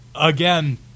again